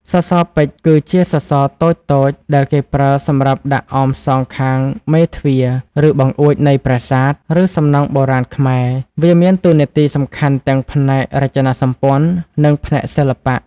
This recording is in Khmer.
សសរពេជ្រ គឺជាសសរតូចៗដែលគេប្រើសម្រាប់ដាក់ អមសងខាងមេទ្វារ ឬបង្អួច នៃប្រាសាទ ឬសំណង់បុរាណខ្មែរ វាមានតួនាទីសំខាន់ទាំងផ្នែករចនាសម្ព័ន្ធ និងផ្នែកសិល្បៈ។